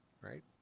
right